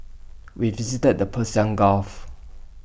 we visited the Persian gulf